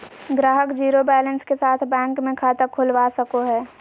ग्राहक zero balance के साथ बैंक मे खाता खोलवा सको हय